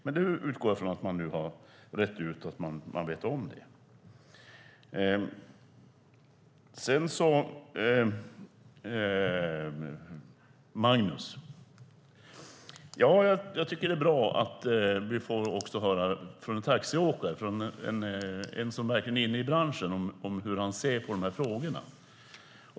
Jag utgår från att man nu har rett ut den saken. Till Magnus vill jag säga att det är bra att vi får höra från en taxiåkare, en som är i branschen, hur han ser på dessa frågor.